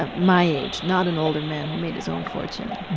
ah my age, not an older man who made his own fortune.